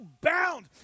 bound